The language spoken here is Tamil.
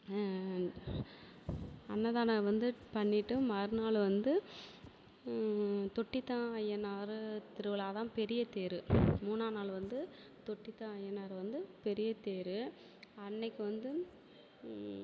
அன்னதானம் வந்து பண்ணிவிட்டு மறுநாள் வந்து தொட்டித்தா ஐயனார் திருவுழா தான் பெரிய தேர் மூணாது நாள் வந்து தொட்டித்தா ஐயனார் வந்து பெரிய தேர் அன்றைக்கு வந்து